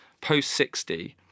post-60